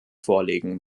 vorlegen